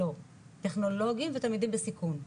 טכנולוגים ותלמידים בסיכון,